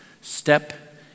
step